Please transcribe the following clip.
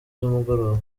z’umugoroba